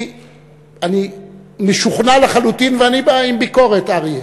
אני משוכנע לחלוטין, ואני בא עם ביקורת, אריה,